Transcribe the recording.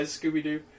Scooby-Doo